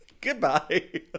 Goodbye